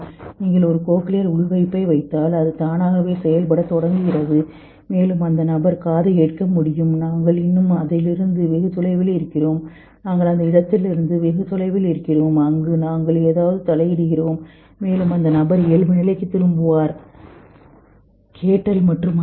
நீங்கள் ஒரு கோக்லியர் உள்வைப்பை வைத்தால் அது தானாகவே செயல்படத் தொடங்குகிறது மேலும் அந்த நபர் காது கேட்க முடியும் நாங்கள் இன்னும் அதிலிருந்து வெகு தொலைவில் இருக்கிறோம் நாங்கள் அந்த இடத்திலிருந்து வெகு தொலைவில் இருக்கிறோம் அங்கு நாங்கள் ஏதாவது தலையிடுகிறோம் மேலும் அந்த நபர் இயல்பு நிலைக்கு திரும்புவார் கேட்டல் மற்றும் அனைத்தும்